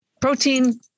protein